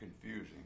confusing